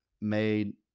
made